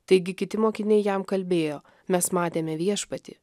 taigi kiti mokiniai jam kalbėjo mes matėme viešpatį